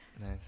nice